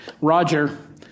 Roger